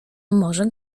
może